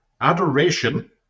adoration